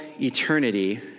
eternity